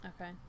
Okay